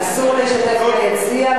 אסור להשתתף ביציע,